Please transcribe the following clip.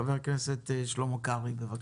חבר הכנסת שלמה קרעי, בבקשה.